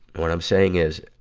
what i'm saying is,